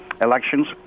elections